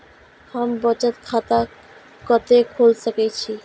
हम बचत खाता कते खोल सके छी?